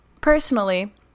personally